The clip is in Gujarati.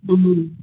હં